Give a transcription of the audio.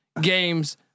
games